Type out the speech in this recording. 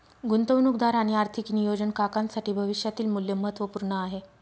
गुंतवणूकदार आणि आर्थिक नियोजन काकांसाठी भविष्यातील मूल्य महत्त्वपूर्ण आहे